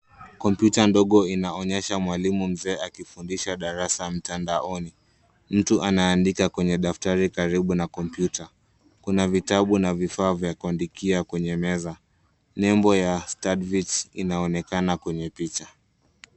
Kompyuta ndogo inaonyesha mwalimu mzee akifundisha darasa mtandaoni. Mtu anaandika kwenye daftari karibu na kompyuta. Kuna vitabu na vifaa vya kuandikia kwenye meza. Nembo ya stadvich inaonekana kwenye picha.